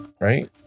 right